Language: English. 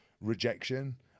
rejection